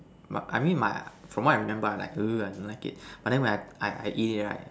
but I mean my from what I remember like but then when I eat it right